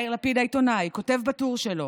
יאיר לפיד העיתונאי כותב בטור שלו: